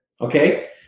okay